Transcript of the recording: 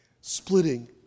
splitting